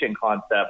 concept